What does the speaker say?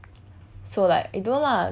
um